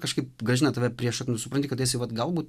kažkaip grąžina tave prie šaknų ir supranti kad esi vat galbūt